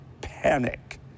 panic